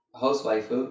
Housewife